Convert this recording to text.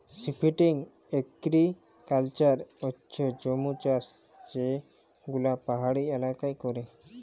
shifting agriculture হচ্যে জুম চাষ যে গুলা পাহাড়ি এলাকায় ক্যরে